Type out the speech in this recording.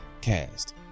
cast